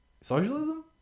socialism